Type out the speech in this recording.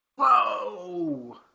Whoa